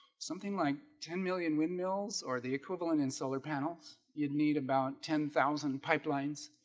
something like ten million windmills or the equivalent in solar panels you'd need about ten thousand pipe lines